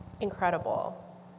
Incredible